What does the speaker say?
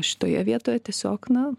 šitoje vietoje tiesiog na